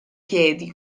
piedi